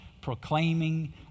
proclaiming